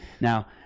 Now